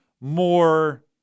more